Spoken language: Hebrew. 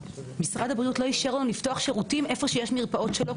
משרד הבריאות לא אישר לנו לפתוח שירותים איפה שיש מרפאות שלו,